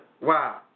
Wow